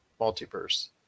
Multiverse